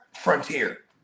frontier